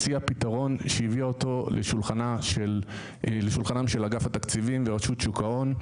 הציעה פתרון שהביאה אותו לשולחנם של אגף התקציבים ורשות שוק ההון.